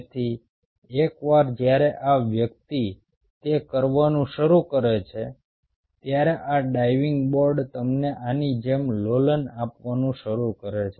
તેથી એકવાર જ્યારે આ વ્યક્તિ તે કરવાનું શરૂ કરે છે ત્યારે આ ડાઇવિંગ બોર્ડ તમને આની જેમ લોલન આપવાનું શરૂ કરે છે